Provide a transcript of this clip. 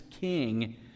King